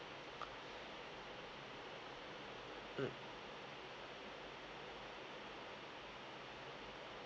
mm